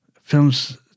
films